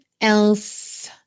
else